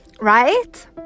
Right